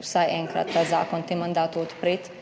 vsaj enkrat ta zakon v tem mandatu odpreti